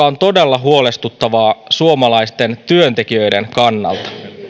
on todella huolestuttavaa suomalaisten työntekijöiden kannalta